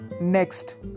Next